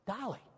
Dolly